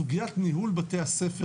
סוגיית ניהול בתי הספר,